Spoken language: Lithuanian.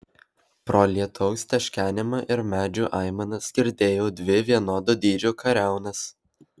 pro lietaus teškenimą ir medžių aimanas girdėjau dvi vienodo dydžio kariaunas